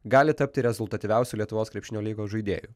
gali tapti rezultatyviausiu lietuvos krepšinio lygos žaidėju